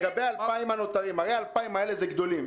לגבי ה-2,000 הנותרים הרי ה-2,000 האלה זה גדולים.